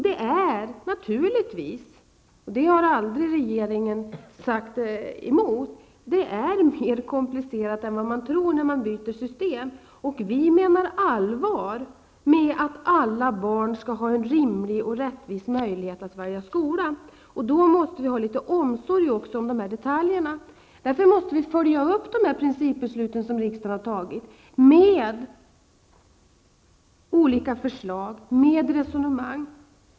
Det är naturligtvis -- det har regeringen aldrig förnekat -- mer komplicerat än vad man kan tro att byta system. Vi menar allvar med att alla barn skall ha en rimlig och rättvis möjlighet att välja skola. Vi måste då också visa litet omsorg om detaljerna och följa upp de principbeslut som riksdagen har fattat med förslag och resonemang.